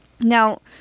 Now